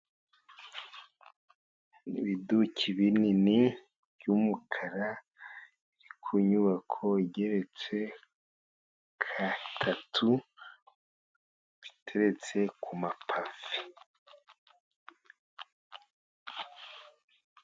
Ibiduki binini by'umukara, biri ku nyubako igereretse gatatu, biteretse ku mapave.